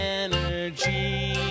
energy